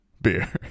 beer